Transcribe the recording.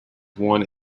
one